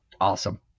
Awesome